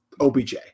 OBJ